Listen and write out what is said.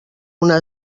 una